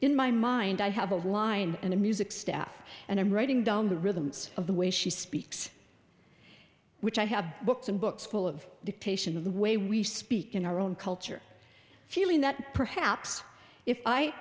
in my mind i have a line in a music staff and i'm writing down the rhythms of the way she speaks which i have books and books full of dictation of the way we speak in our own culture feeling that perhaps if i